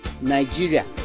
Nigeria